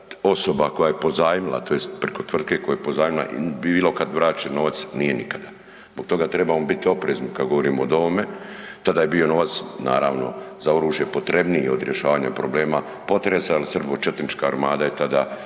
osoba koja je pozajmila tj. preko tvrtke koja je pozajmila bilo kad vraćen novac, nije nikada. Zbog toga trebamo biti oprezni kad govorimo o ovome, tada je bio novac naravno za oružje potrebniji od rješavanja problema potresa jer srbočetnička armada je tada